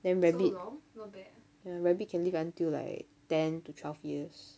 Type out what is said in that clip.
then rabbit ya rabbit can live until like ten to twelve years